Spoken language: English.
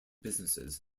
businesses